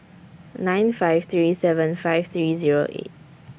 nine five three seven five three Zero eight